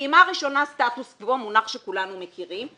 פעימה ראשונה סטטוס קוו, מונח שכולנו מכירים.